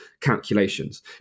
calculations